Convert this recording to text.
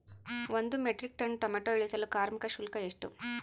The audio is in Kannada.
ಒಂದು ಮೆಟ್ರಿಕ್ ಟನ್ ಟೊಮೆಟೊ ಇಳಿಸಲು ಕಾರ್ಮಿಕರ ಶುಲ್ಕ ಎಷ್ಟು?